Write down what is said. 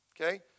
okay